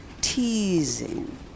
teasing